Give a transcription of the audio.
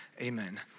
Amen